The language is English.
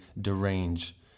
derange